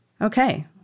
Okay